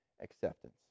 acceptance